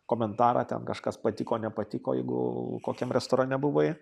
komentarą ten kažkas patiko nepatiko jeigu kokiam restorane buvai